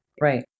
Right